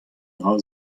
dra